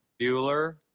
Bueller